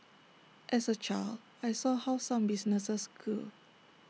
as A child I saw how some businesses grew